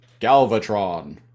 Galvatron